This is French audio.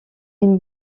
une